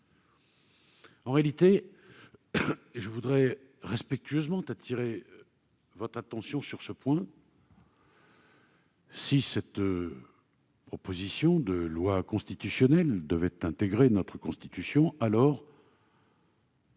En réalité, et je voudrais respectueusement attirer votre attention sur ce point, si cette proposition de loi constitutionnelle devait intégrer notre Constitution, alors